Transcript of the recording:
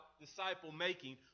disciple-making